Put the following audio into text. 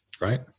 Right